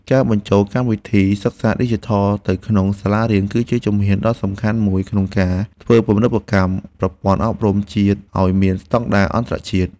ការបញ្ចូលកម្មវិធីសិក្សាឌីជីថលទៅក្នុងសាលារៀន គឺជាជំហានដ៏សំខាន់មួយក្នុងការធ្វើទំនើបកម្មប្រព័ន្ធអប់រំជាតិឱ្យមានស្តង់ដារអន្តរជាតិ។